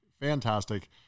fantastic